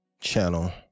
channel